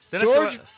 George